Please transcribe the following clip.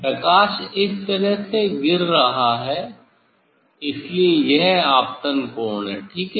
प्रकाश इस तरह से गिर रहा है इसलिए यह आपतन कोण है ठीक है